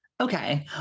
Okay